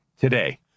today